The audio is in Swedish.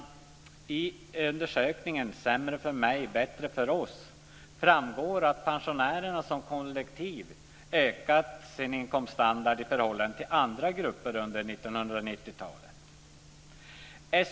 I undersökningen Sämre för mig - Bättre för oss framgår att pensionärerna som kollektiv ökat sin inkomststandard i förhållande till andra grupper under 1990-talet.